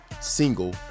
single